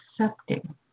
accepting